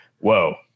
whoa